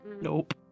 Nope